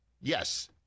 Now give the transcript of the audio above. yes